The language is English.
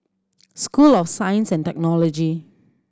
School of Science and Technology